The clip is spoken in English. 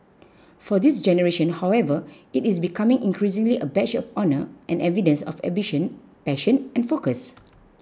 for this generation however it is becoming increasingly a badge of honour and evidence of ambition passion and focus